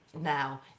now